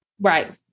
Right